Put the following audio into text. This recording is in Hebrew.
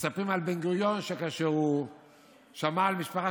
מספרים על בן-גוריון שכאשר הוא שמע על משפחה